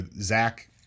Zach